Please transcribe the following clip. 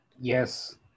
Yes